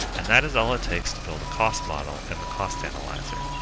and that is all it takes to build a cost model in the cost analyzer